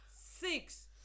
six